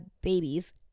babies